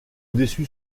déçu